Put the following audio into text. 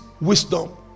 wisdom